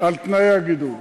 על תנאי הגידול,